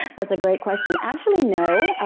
that's a great question. actually no.